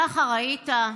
ככה ראית?